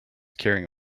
carrying